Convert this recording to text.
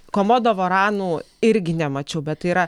komodo varanų irgi nemačiau bet tai yra